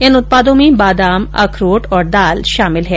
इन उत्पादों में बादाम अखरोट और दाल शामिल हैं